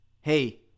Hey